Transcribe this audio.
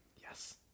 yes